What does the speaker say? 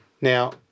Now